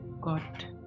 got